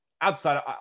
outside